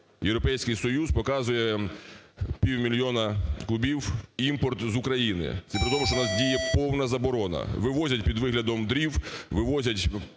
Європейський Союз показує півмільйона кубів імпорту з України. Це при тому, що у нас діє повна заборона. Вивозять під виглядом дров, вивозять